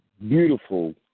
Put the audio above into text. beautiful